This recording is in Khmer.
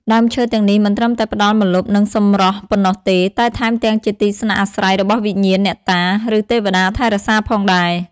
ដើមឈើទាំងនេះមិនត្រឹមតែផ្តល់ម្លប់ និងសម្រស់ប៉ុណ្ណោះទេ តែថែមទាំងជាទីស្នាក់អាស្រ័យរបស់វិញ្ញាណ អ្នកតា ឬទេវតាថែរក្សាផងដែរ។